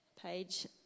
page